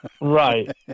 Right